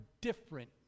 different